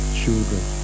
children